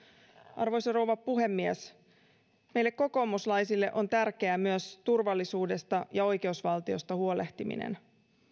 arvoisa rouva puhemies meille kokoomuslaisille on tärkeää myös turvallisuudesta ja oikeusvaltiosta huolehtiminen